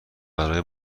برای